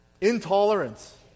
intolerance